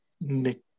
Nick